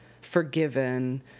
forgiven